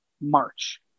March